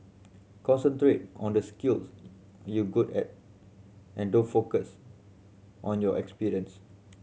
concentrate on the skills you're good at and don't focus on your experience